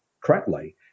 correctly